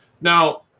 now